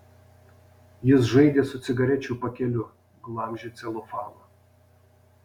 jis žaidė su cigarečių pakeliu glamžė celofaną